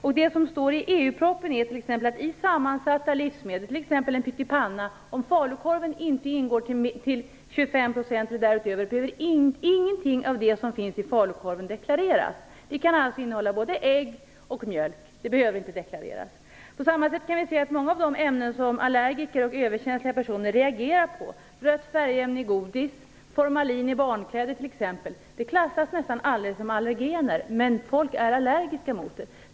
Och det som står i EU-propositionen är att i sammansatta livsmedel, som pyttipanna, behöver ingenting av det som finns i t.ex. falukorven deklareras om falukorv inte ingår till 25 % och därutöver. Den kan alltså innehålla både ägg och mjölk. Det behöver inte deklareras. Många av de ämnen som allergiker och överkänsliga personer reagerar på, t.ex. rött färgämne i godis, formalin i barnkläder, klassas nästan aldrig som allergener. Men människor är allergiska mot det.